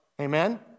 Amen